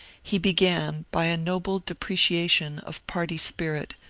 he began by a noble depreciation of party spirit,